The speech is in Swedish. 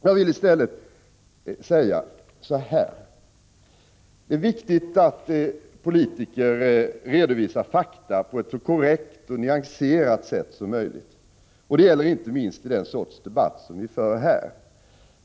Jag vill i stället framhålla att det är viktigt att politiker redovisar fakta på ett så korrekt och nyanserat sätt som möjligt. Det gäller inte minst i den sorts debatt som vi för här.